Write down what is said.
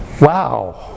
Wow